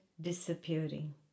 disappearing